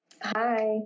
Hi